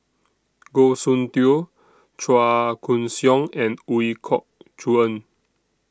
Goh Soon Tioe Chua Koon Siong and Ooi Kok Chuen